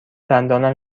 دندانم